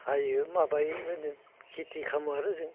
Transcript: हायो माबायो होनो खेथि खालामो आरो जों